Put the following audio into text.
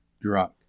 drunk